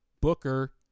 booker